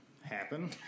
happen